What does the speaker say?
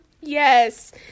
Yes